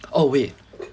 oh wait